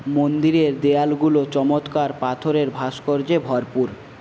মন্দিরের দেয়ালগুলো চমৎকার পাথরের ভাস্কর্যে ভরপুর